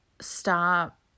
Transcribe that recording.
stop